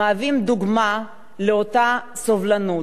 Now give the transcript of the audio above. מהווים דוגמה לאותה סובלנות.